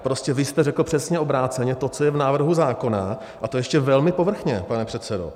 Prostě vy jste řekl přesně obráceně to, co je v návrhu zákona, a to ještě velmi povrchně, pane předsedo.